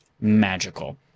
magical